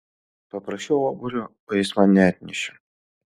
paprašiau obuolio o jis man neatnešė